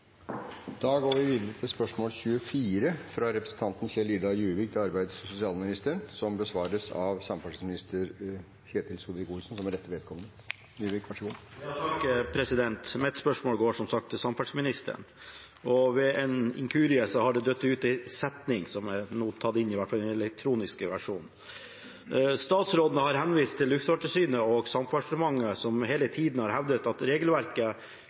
Da går vi videre til spørsmål 24. Dette spørsmålet, fra representanten Kjell-Idar Juvik til arbeids- og sosialministeren, vil bli besvart av samferdselsministeren som rette vedkommende. Mitt spørsmål går da til samferdselsministeren, og ved en inkurie har det falt ut en setning som nå er tatt inn, i hvert fall i den elektroniske versjonen: «Statsråden har henvist til Luftfartstilsynet og Samferdselsdepartementet som hele tiden har hevdet at regelverket